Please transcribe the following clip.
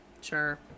sure